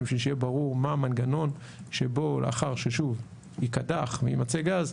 בשביל שיהיה ברור מה המנגנון שבו לאחר שייקדח ויימצא גז,